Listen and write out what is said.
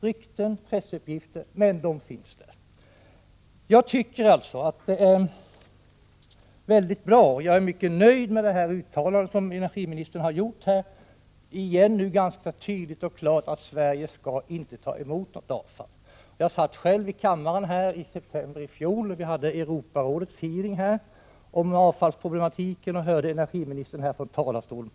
Rykten, pressuppgifter — men de finns där i alla fall. Jag är mycket nöjd med energiministerns uttalande. Det är tydligt att Sverige inte skall ta emot något avfall. I september i fjol satt jag själv här i kammaren vid Europarådets hearing om avfallsproblematiken och hörde då energiministern påpeka detta från talarstolen.